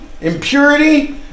impurity